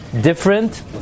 different